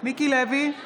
מיקי לוי,